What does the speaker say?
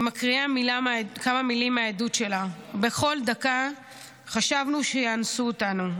אני מקריאה כמה מילים מהעדות שלה: בכל דקה חשבנו שיאנסו אותנו.